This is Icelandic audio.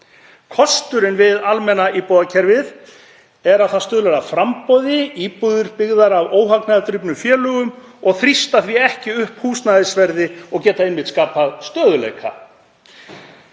Kosturinn við almenna íbúðakerfið er að það stuðlar að framboði, íbúðir eru byggðar af óhagnaðardrifnum félögum, og þrýstir því ekki upp húsnæðisverði og geta einmitt skapað stöðugleika.